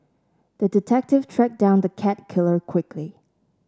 the detective tracked down the cat killer quickly